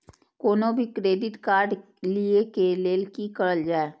कोनो भी credit card लिए के लेल की करल जाय?